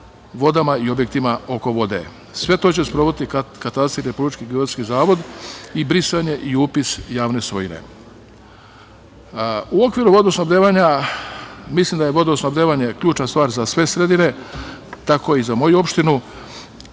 vodama i objektima oko vode. Sve to će sprovoditi katastar i Republički geodetski zavod, i brisanje i upis javne svojine.U okviru vodosnabdevanja, mislim da je vodosnabdevanje ključna stvar za sve sredine, tako i za moju opštinu,